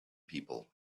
people